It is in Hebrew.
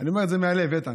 אני אומר את זה מהלב, איתן,